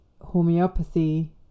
homeopathy